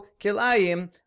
kilayim